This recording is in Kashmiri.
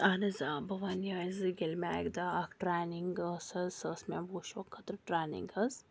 اہن حظ آ بہٕ وَنہٕ یِہوٚے زٕ ییٚلہِ مےٚ اَکہِ دۄہ اَکھ ٹرٛینِنٛگ ٲس حظ سۄ ٲس مےٚ ووٗشو خٲطرٕ ٹرٛینِنٛگ حظ